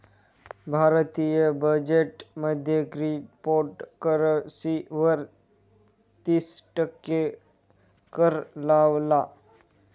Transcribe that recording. भारतीय बजेट मध्ये क्रिप्टोकरंसी वर तिस टक्के कर लावला